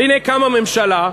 והנה קמה ממשלה,